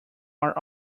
are